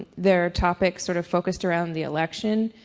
their topics sort of focused around the election.